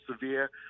severe